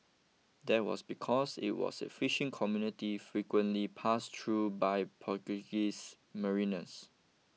that was because it was a fishing community frequently pass through by Portuguese mariners